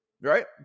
right